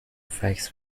فکس